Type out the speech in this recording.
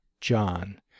John